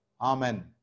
Amen